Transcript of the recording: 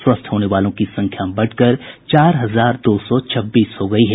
स्वस्थ होने वालों की संख्या बढ़कर चार हजार दो सौ छब्बीस हो गयी है